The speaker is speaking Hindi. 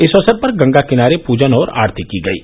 इस अवसर पर गंगा किनारे पूजन और आरती की गयी